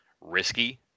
risky